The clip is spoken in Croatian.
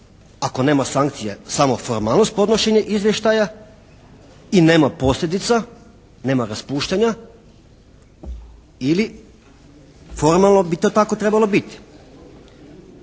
ako nema sankcije, samo formalnost podnošenje izvještaja i nema posljedica, nema raspuštanja ili formalno bi to tako trebalo biti.